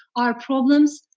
our problems,